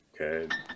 Okay